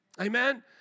Amen